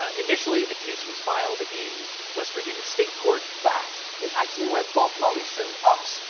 ah initially, the case was filed in west virginia state court. that is actually where bob murray sued us,